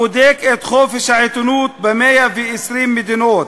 הבודק את חופש העיתונות ב-120 מדינות.